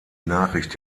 nachricht